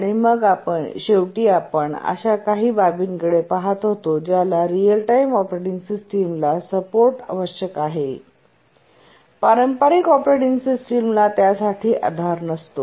आणि मग शेवटी आपण अशा काही बाबींकडे पहात होतो ज्याला रिअल टाइम ऑपरेटिंग सिस्टमला सपोर्ट आवश्यक आहे पारंपारिक ऑपरेटिंग सिस्टमला त्यासाठी आधार नसतो